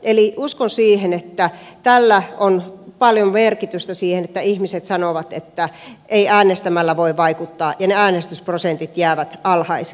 eli uskon siihen että tällä on paljon merkitystä siinä että ihmiset sanovat että ei äänestämällä voi vaikuttaa ja ne äänestysprosentit jäävät alhaisiksi